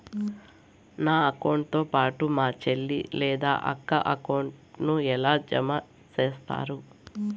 నా అకౌంట్ తో పాటు మా చెల్లి లేదా అక్క అకౌంట్ ను ఎలా జామ సేస్తారు?